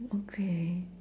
okay